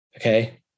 Okay